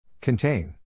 Contain